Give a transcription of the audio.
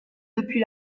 depuis